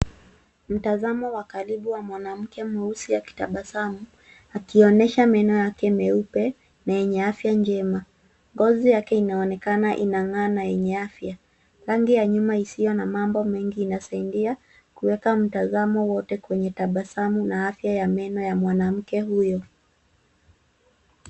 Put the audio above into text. Mtazamo wa karibu wa mwanamke mweusi akitabasamu, akionesha meno yake meupe na yenye afya njema. Ngozi yake inaonekana inang'aa na yenye afya. Rangi ya nyuma isiyo na mambo mengi inasaidia kuweka mtazamo wote kwenye tabasamu na afya ya meno ya mwanamke huyo.